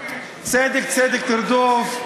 צדק צדק תרדוף,